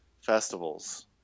festivals